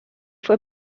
fue